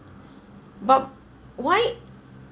but why